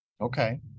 Okay